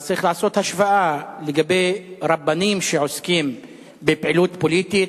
צריך לעשות השוואה לגבי רבנים שעוסקים בפעילות פוליטית.